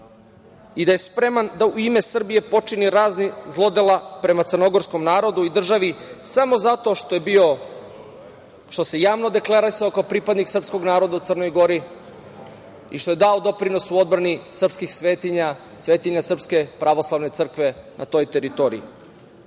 i da je spreman da u ime Srbije počini razna zlodela prema crnogorskom narodu i državi samo zato što je bio, što se javno deklarisao kao pripadnik srpskog naroda u Crnoj Gori i što je dao doprinos u odbrani srpskih svetinja, svetinja Srpske pravoslavne crkve na toj teritoriji.